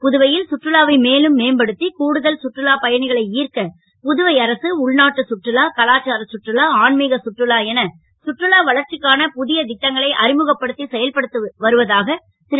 புதுவை ல் சுற்றுலாவை மேலும் மேம்படுத் கூடுதல் சுற்றுலாப் பயணிகளை சர்க்க புதுவை அரசு உள்நாட்டுச் சுற்றுலா கலாச்சாரச் சுற்றுலா ஆன்மீகச் சுற்றுலா என சுற்றுலா வளர்ச்சிக்கான பு ய ட்டங்களை அறிமுகப்படுத் செயல்படுத் வருவதாக ரு